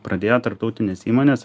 pradėjo tarptautinės įmonės